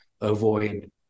avoid